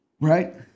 right